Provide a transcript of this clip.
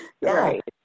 right